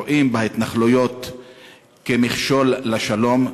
רואים בהתנחלויות מכשול לשלום,